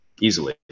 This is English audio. easily